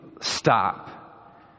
stop